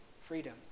freedom